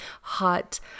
hot